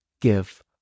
give